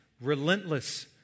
relentless